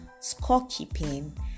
scorekeeping